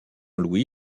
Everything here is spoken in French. louis